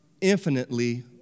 infinitely